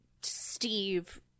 Steve